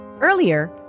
Earlier